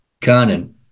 conan